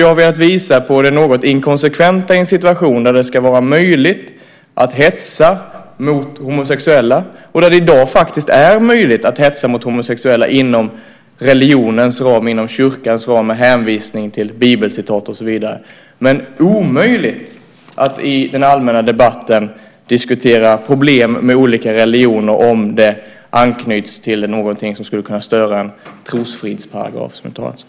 Jag har velat visa på det något inkonsekventa i en situation där det ska vara möjligt att hetsa mot homosexuella. I dag är det möjligt att hetsa mot homosexuella inom religionens ram, inom kyrkans ram, med hänvisning till bibelcitat med mera. Däremot är det omöjligt att i den allmänna debatten diskutera problem kring olika religioner om det knyter an till något som skulle kunna störa den trosfridsparagraf som det talas om.